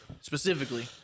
specifically